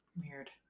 Weird